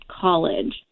college